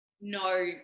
no